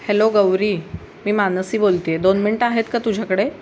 hello Gauri मी मानसी बोलते आहे दोन मिनटं आहेत का तुझ्याकडे